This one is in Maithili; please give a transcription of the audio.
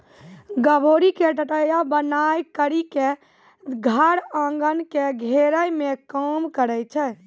गभोरी के टटया बनाय करी के धर एगन के घेरै मे काम करै छै